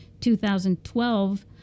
2012